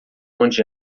onde